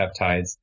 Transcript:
peptides